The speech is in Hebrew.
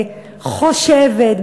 חושבת,